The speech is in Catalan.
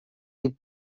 dir